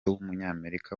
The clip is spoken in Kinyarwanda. w’umunyamerika